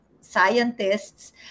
scientists